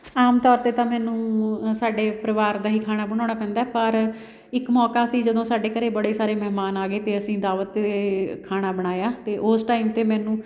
ਆਮ ਤੌਰ 'ਤੇ ਤਾਂ ਮੈਨੂੰ ਸਾਡੇ ਪਰਿਵਾਰ ਦਾ ਹੀ ਖਾਣਾ ਬਣਾਉਣਾ ਪੈਂਦਾ ਪਰ ਇੱਕ ਮੌਕਾ ਸੀ ਜਦੋਂ ਸਾਡੇ ਘਰ ਬੜੇ ਸਾਰੇ ਮਹਿਮਾਨ ਆ ਗਏ ਅਤੇ ਅਸੀਂ ਦਾਵਤ 'ਤੇ ਖਾਣਾ ਬਣਾਇਆ ਅਤੇ ਉਸ ਟਾਈਮ 'ਤੇ ਮੈਨੂੰ